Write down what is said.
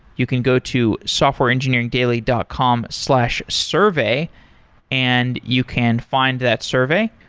you can go to softwareengineeringdaily dot com slash survey and you can find that survey.